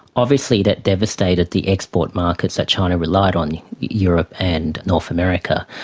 obviously that devastated the export markets that china relied on europe and north america.